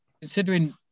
considering